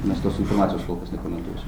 mes tos informacijos kol kas nekomentuosim